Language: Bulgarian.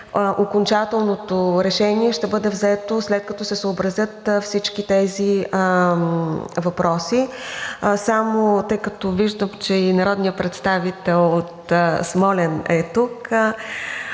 окончателното решение ще бъде взето, след като се съобразят всички тези въпроси. Виждам, че и народният представител от Смолян е тук,